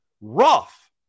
rough